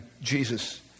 jesus